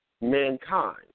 Mankind